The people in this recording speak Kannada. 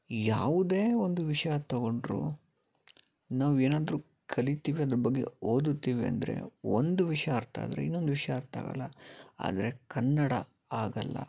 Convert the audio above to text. ಯಾವುದೇ ಒಂದು ವಿಷಯ ತೊಗೊಂಡ್ರು ನಾವೇನಾದರು ಕಲಿತಿವಿ ಅದ್ರ ಬಗ್ಗೆ ಓದುತ್ತೀವಿ ಅಂದರೆ ಒಂದು ವಿಷಯ ಅರ್ಥ ಆದರೆ ಇನ್ನೊಂದು ವಿಷಯ ಅರ್ಥ ಆಗೋಲ್ಲ ಆದರೆ ಕನ್ನಡ ಹಾಗಲ್ಲ